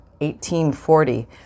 1840